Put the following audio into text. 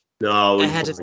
No